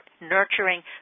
nurturing